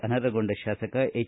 ಅನರ್ಹಗೊಂಡ ಶಾಸಕ ಎಚ್